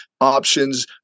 options